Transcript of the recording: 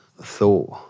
thought